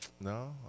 No